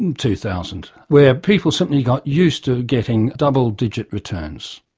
um two thousand, where people simply got used to getting double digit returns,